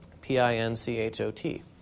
P-I-N-C-H-O-T